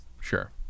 Sure